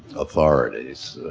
authorities